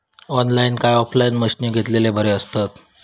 Online काय offline मशीनी घेतलेले बरे आसतात?